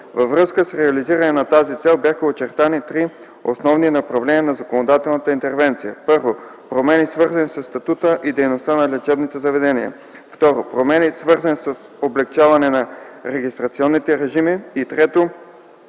Във връзка с реализирането на тази цел, бяха очертани три основни направления на законодателна интервенция: 1. Промени, свързани със статута и дейността на лечебните заведения; 2. Промени, свързани с облекчаване на регистрационните режими;